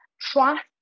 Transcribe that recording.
trust